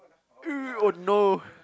oh no